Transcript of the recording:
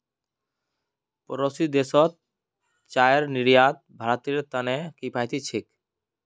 पड़ोसी देशत चाईर निर्यात भारतेर त न किफायती छेक